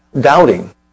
Doubting